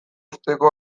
uzteko